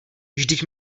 vždyť